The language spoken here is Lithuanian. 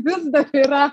vis dar yra